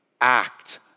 act